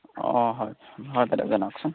অঁ হয় হয় দাদা জনাওকচোন